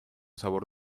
sabor